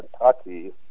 Kentucky